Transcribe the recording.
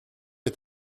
est